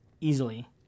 easily